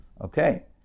okay